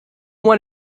one